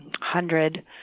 hundred